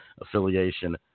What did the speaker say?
affiliation